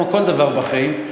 כמו כל דבר בחיים,